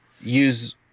use –